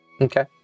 Okay